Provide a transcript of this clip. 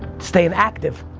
staying active,